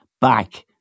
back